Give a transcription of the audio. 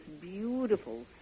beautiful